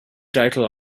title